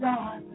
God